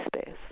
space